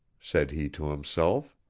said he to himself.